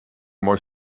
more